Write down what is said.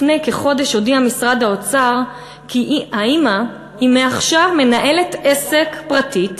לפני כחודש הודיע משרד האוצר כי האימא היא מעכשיו מנהלת עסק פרטית,